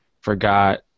forgot